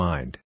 Mind